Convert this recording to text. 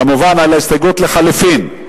כמובן, על ההסתייגות לחלופין.